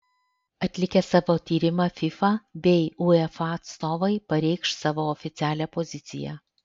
atlikę savo tyrimą fifa bei uefa atstovai pareikš savo oficialią poziciją